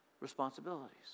responsibilities